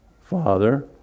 father